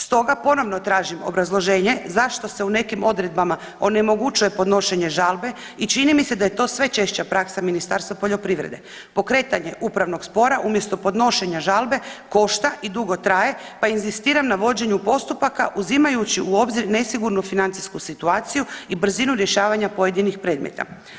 Stoga ponovno tražim obrazloženje zašto se u nekim odredbama onemogućuje podnošenje žalbe i čini mi se da je to sve češća praska Ministarstva poljoprivrede, pokretanje upravnog spora umjesto podnošenja žalbe košta i dugo traje pa inzistira na vođenju postupaka uzimajući u obzir nesigurnu financijsku situaciju i brzinu rješavanja pojedinih predmeta.